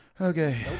Okay